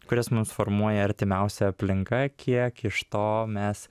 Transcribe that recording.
kurias mums formuoja artimiausia aplinka kiek iš to mes